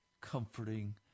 comforting